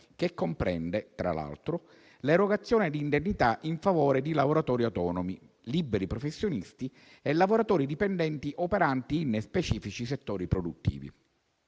che comprende tra l'altro l'erogazione d'indennità in favore di lavoratori autonomi, liberi professionisti e lavoratori dipendenti operanti in specifici settori produttivi.